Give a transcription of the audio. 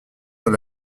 dans